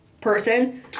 person